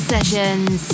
Sessions